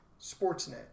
Sportsnet